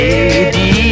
Lady